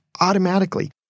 automatically